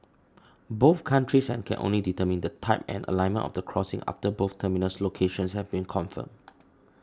both countries and can only determine the type and alignment of the crossing after both terminus locations have been confirmed